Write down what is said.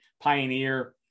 Pioneer